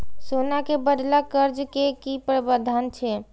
सोना के बदला कर्ज के कि प्रावधान छै?